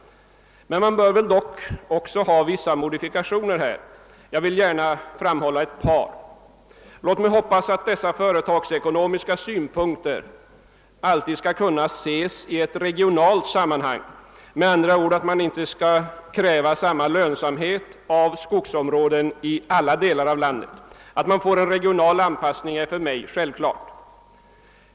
Men vissa modifikationer bör göras. Jag vill peka på ett par. Jag hoppas att de företagsekonomiska synpunkterna alltid skall kunna ses i ett regionalt sammanhang, med andra ord att det inte skall krävas samma lönsamhet av skogsområden i alla delar av landet. Att det skall vara en regional anpassning; är för mig självklart...